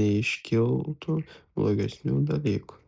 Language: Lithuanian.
neiškiltų blogesnių dalykų